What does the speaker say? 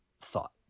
thought